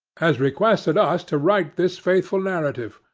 has requested us to write this faithful narrative.